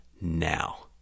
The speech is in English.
now